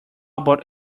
about